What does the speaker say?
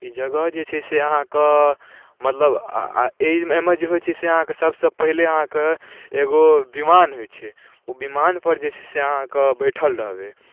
ई जगह जे छै से अहाँके मतलब एज एहिमे जे होइ छै से अहाँके सबसँ पहिले अहाँके एगो विमान होइ छै ओहि विमानपर जे छै से अहाँके बैठल रहबै